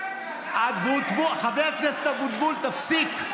חבר הכנסת אבוטבול, תפסיק.